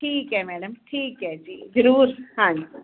ਠੀਕ ਹੈ ਮੈਡਮ ਠੀਕ ਹੈ ਜੀ ਜ਼ਰੂਰ ਹਾਂਜੀ